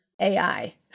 AI